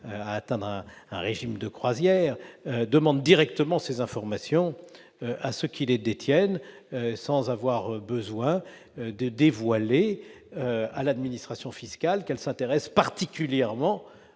d'atteindre un régime de croisière, demande directement ces informations à ceux qui les détiennent, sans avoir besoin de dévoiler à l'administration fiscale qu'elle s'intéresse particulièrement